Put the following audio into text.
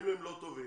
אם הם לא טובים,